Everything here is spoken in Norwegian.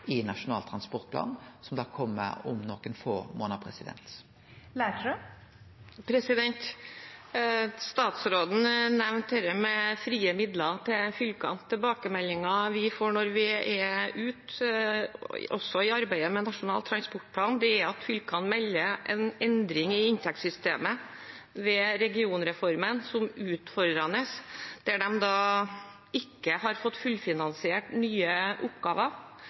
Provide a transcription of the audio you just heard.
i Nasjonal transportplan, som kjem om nokre få månader. Statsråden nevnte dette med frie midler til fylkene. Tilbakemeldingene vi får når vi er ute – også i arbeidet med Nasjonal transportplan – er at fylkene melder en endring i inntektssystemet ved regionreformen som «utfordrende». De har ikke fått fullfinansiert nye oppgaver,